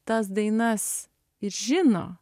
tas dainas ir žino